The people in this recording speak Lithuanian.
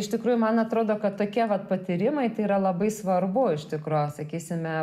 iš tikrųjų man atrodo kad tokie vat patyrimai tai yra labai svarbu iš tikro sakysime